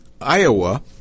Iowa